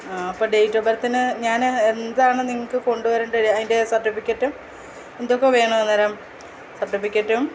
അപ്പോൾ date of ബർത്തിന് ഞാൻ എന്താണ് നിങ്ങൾക്ക് കൊണ്ടുവരേണ്ടത് അതിൻ്റെ സർട്ടിഫിക്കറ്റും എന്തൊക്കെ വേണം അന്നേരം സർട്ടിഫിക്കറ്റും